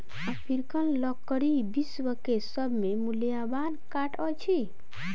African लकड़ी विश्व के सभ से मूल्यवान काठ अछि